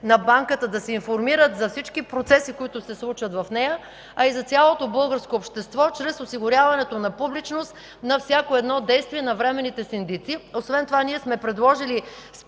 на Банката да се информират за всички процеси, които се случат в нея, а и за цялото българско общество чрез осигуряването на публичност на всяко едно действие на временните синдици. Освен това ние сме предложили списъкът